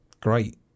great